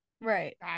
right